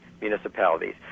municipalities